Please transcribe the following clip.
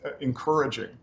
encouraging